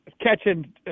catching